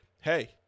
hey